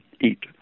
eat